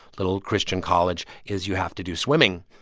little christian college is you have to do swimming,